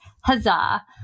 huzzah